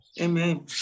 Amen